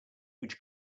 which